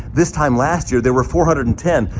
this time last year, there were four hundred and ten.